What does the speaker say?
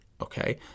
okay